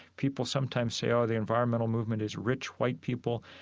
people sometimes say, oh, the environmental movement is rich white people.